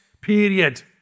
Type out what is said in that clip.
period